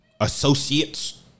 Associates